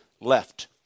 left